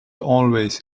always